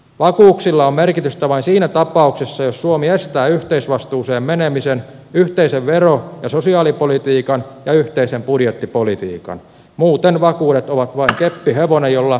vakuuksilla on merkitystä vain siinä tapauksessa jos suomi estää yhteisvastuuseen menemisen yhteisen vero ja sosiaalipolitiikan ja yhteisen budjettipolitiikan muuten vakuudet ovat vas keppihevonen jolla